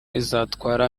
izatwara